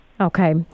Okay